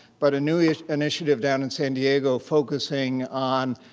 but a new yeah initiative down in san diego focusing on